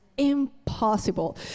impossible